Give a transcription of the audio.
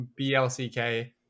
blck